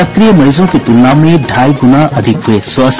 सक्रिय मरीजों की तुलना में ढाई गुना अधिक हुये स्वस्थ